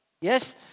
Yes